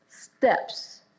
steps